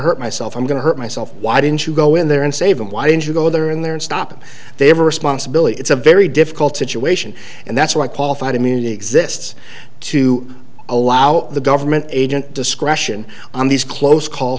hurt myself i'm going to hurt myself why didn't you go in there and save him why didn't you go there in there and stop they have a responsibility it's a very difficult situation and that's why qualified immunity exists to allow the government agent discretion on these close call